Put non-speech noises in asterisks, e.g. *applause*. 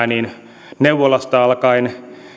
*unintelligible* niin neuvolasta alkaen